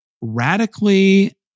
radically